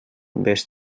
vés